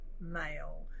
male